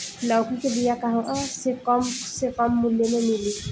लौकी के बिया कहवा से कम से कम मूल्य मे मिली?